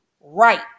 Right